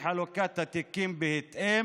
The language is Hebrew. ולחלוקת התיקים בהתאם,